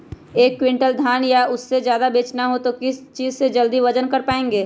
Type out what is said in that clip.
एक क्विंटल धान या उससे ज्यादा बेचना हो तो किस चीज से जल्दी वजन कर पायेंगे?